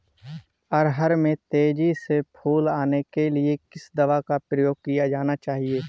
अरहर में तेजी से फूल आने के लिए किस दवा का प्रयोग किया जाना चाहिए?